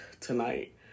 tonight